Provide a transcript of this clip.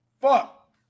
Fuck